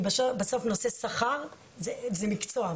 בסוף נושא השכר זה מקצוע,